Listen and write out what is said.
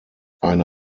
eine